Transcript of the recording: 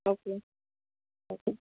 okay असं